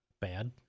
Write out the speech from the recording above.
bad